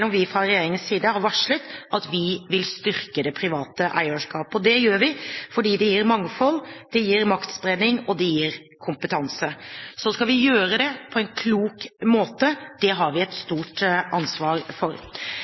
vi fra regjeringens side har varslet at vi vil styrke det private eierskap. Det gjør vi fordi det gir mangfold, det gir maktspredning og det gir kompetanse. Så skal vi gjøre det på en klok måte. Det har vi et stort ansvar for.